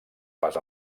pas